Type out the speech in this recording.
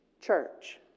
church